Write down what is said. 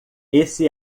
esse